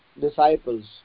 disciples